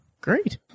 Great